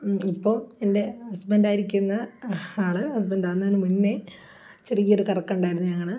ഇപ്പോള് എൻ്റെ ഹസ്ബൻഡായിരിക്കുന്ന ആള് ഹസ്ബൻഡ് ആവുന്നതിനു മുന്നേ ചെറിയൊരു കറക്കമുണ്ടായിരുന്നു ഞങ്ങള്